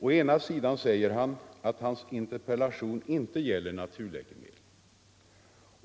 Å ena sidan säger han att hans interpellation inte gäller naturläkemedel.